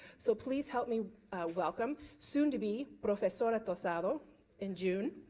so please help me welcome soon to be professor tosado in june.